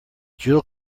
jill